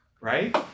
Right